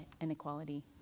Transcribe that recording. inequality